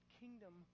kingdom